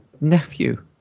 nephew